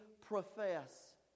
profess